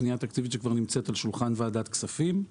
פנייה תקציבית שכבר נמצאת על שולחן ועדת הכספים.